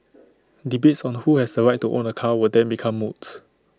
debates on the who has the right to own A car would then become moot